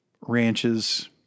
Ranches